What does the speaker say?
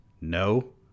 No